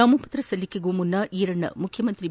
ನಾಮಪತ್ರ ಸಲ್ಲಿಕೆಗೂ ಮುನ್ನ ಈರಣ್ಣ ಮುಖ್ಯಮಂತ್ರಿ ಬಿ